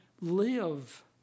live